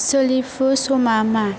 सोलिफु समा मा